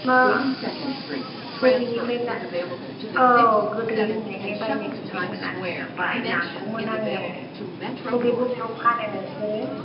मा अबेनिफ्राय औ गोदै होननायखाय बायनो फैदोंमोन आङो बा लांगौमोन आङो बबे बबेयाव फानो नोंसोरो